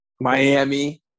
Miami